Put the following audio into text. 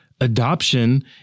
adoption